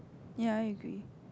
ye I agree